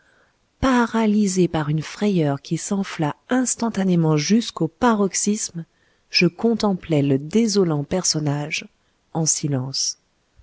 paralysé par une frayeur qui s'enfla instantanément jusqu'au paroxysme je contemplai le désolant personnage en silence